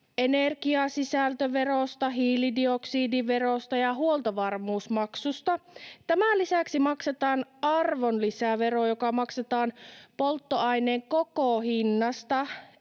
energiasisältöverosta, hiilidioksidiverosta ja huoltovarmuusmaksusta. Tämän lisäksi maksetaan arvonlisävero, joka maksetaan polttoaineen koko hinnasta,